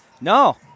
No